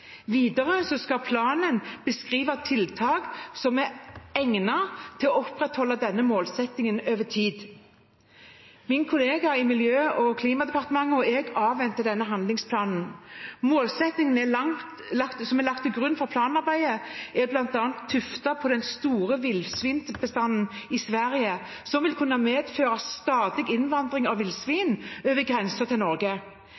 Videre skal planen beskrive tiltak som er egnet til å opprettholde denne målsettingen over tid. Min kollega i Miljø- og klimadepartementet og jeg avventer denne handlingsplanen. Målsettingen som er lagt til grunn for planarbeidet, er bl.a. tuftet på den store villsvinbestanden i Sverige, som vil kunne medføre stadig innvandring av